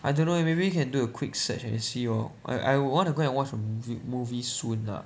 I don't know eh you can maybe do a quick search and see lor I would I would want to go and watch a mov~ movie soon lah